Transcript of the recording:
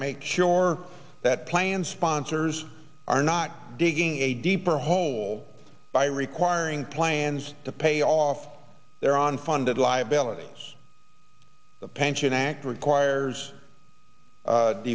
make sure that plan sponsors are not digging a deeper hole by requiring plans to pay off their on funded liabilities the pension act requires